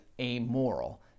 amoral